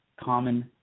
Common